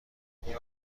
کنید